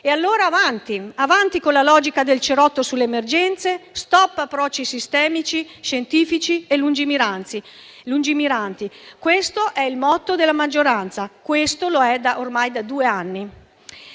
E allora avanti con la logica del cerotto sulle emergenze e stop ad approcci sistemici, scientifici e lungimiranti. Questo è il motto della maggioranza ormai da due anni.